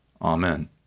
amen